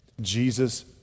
Jesus